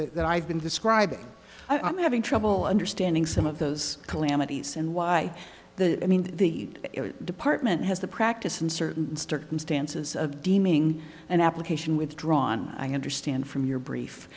calamities that i've been describing i'm having trouble understanding some of those calamities and why the i mean the department has the practice in certain circumstances of deeming an application withdrawn i understand from your brief